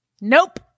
nope